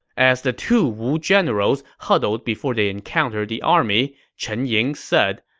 as the two wu generals huddled before they encountered the ah enemy, chen ying said,